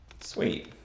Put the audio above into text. Sweet